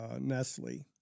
Nestle